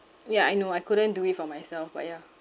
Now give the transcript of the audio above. ya I know I couldn't do it for myself but yeah